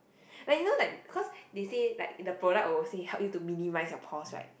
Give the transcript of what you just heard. like you know like cause they say like the product will say help you to minimise your pores right